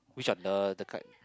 which are the the kind